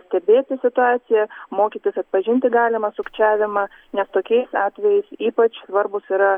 stebėti situaciją mokytis atpažinti galimą sukčiavimą nes tokiais atvejais ypač svarbūs yra